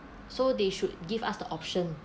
so they should give us the option